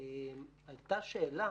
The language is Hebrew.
ועלתה שאלה: